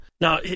now